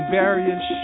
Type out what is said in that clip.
various